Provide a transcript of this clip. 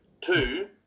Two